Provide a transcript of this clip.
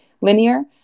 linear